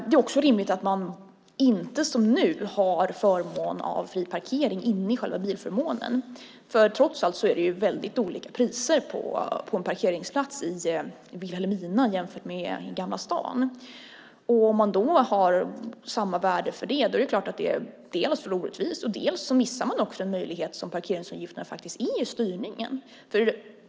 Det är också rimligt att man inte, som nu, har förmån av fri parkering inne i själva bilförmånen, för trots allt är det väldigt olika priser på parkeringsplatser i Vilhelmina och i Gamla stan. Om förmånen då har samma värde är det klart att det dels är orättvist, dels missar man den möjlighet som parkeringsavgifterna faktiskt är i styrningen.